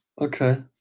Okay